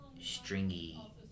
stringy